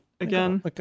again